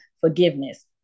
forgiveness